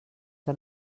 que